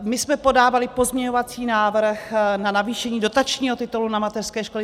My jsme podávali pozměňovací návrh na navýšení dotačního titulu na mateřské školy.